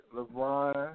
LeBron